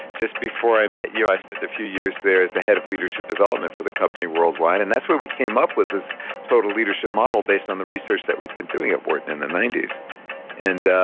just before i met you i spent a few years there as the head of leadership development for the company worldwide and that's where we came up with this total leadership model based on the research that we'd been doing at wharton in the ninety s. and